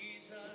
Jesus